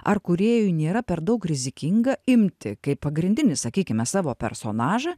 ar kūrėjui nėra per daug rizikinga imti kaip pagrindinį sakykime savo personažą